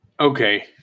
Okay